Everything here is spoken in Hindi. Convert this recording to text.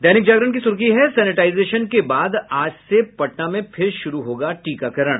दैनिक जागरण की सुर्खी है सेनेटाईजेशन के बाद आज से पटना में फिर शुरू होगा टीकाकरण